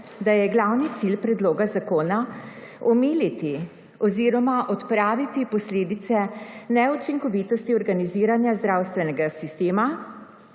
da je glavni cilj predloga zakona omiliti oziroma odpraviti posledice neučinkovitosti organiziranja zdravstvenega sistema,